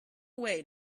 way